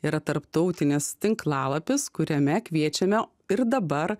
yra tarptautinės tinklalapis kuriame kviečiame ir dabar